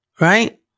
right